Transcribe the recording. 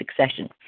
succession